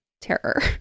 terror